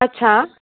अच्छा